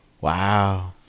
wow